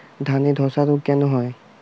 ধানে ধসা রোগ কেন হয়?